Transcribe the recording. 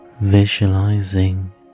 visualizing